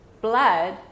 blood